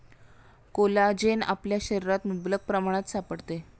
collagen आपल्या शरीरात मुबलक प्रमाणात सापडते